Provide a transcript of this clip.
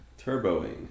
turboing